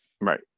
right